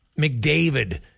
McDavid